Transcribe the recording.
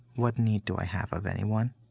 what need do i have of anyone?